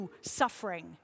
suffering